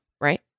right